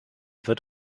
wird